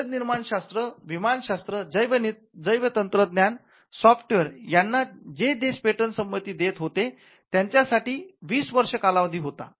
औषध निर्माण शास्त्र विमान शास्त्र जैवतंत्रज्ञान सॉफ्टवेअर यांना जे देश पेटंट संमती देत होते त्यांच्या साठी २० वर्ष कालावधी होता